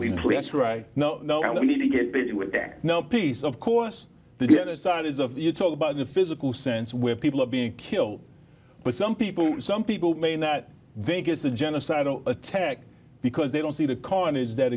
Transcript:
we now know and we need to get busy with that peace of course the other side is of the you talk about the physical sense where people are being killed but some people some people may not think it's a genocidal attack because they don't see the carnage that